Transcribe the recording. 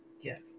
yes